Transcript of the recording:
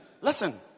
listen